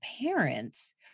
parents